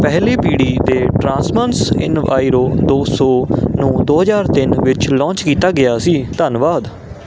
ਪਹਿਲੀ ਪੀੜ੍ਹੀ ਦੇ ਟ੍ਰਾਂਸਬੱਸ ਇਨਵਾਇਰੋ ਦੋ ਸੌ ਨੂੰ ਦੋ ਹਜ਼ਾਰ ਤਿੰਨ ਵਿੱਚ ਲਾਂਚ ਕੀਤਾ ਗਿਆ ਸੀ ਧੰਨਵਾਦ